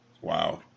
Wow